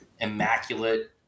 immaculate